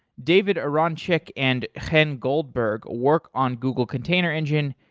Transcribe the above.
david aronchick and chen goldberg worked on google container engine,